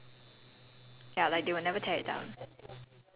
I don't know but it's national heritage so they will never get rid of it